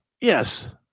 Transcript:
yes